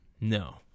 No